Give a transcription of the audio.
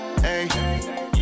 hey